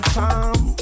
time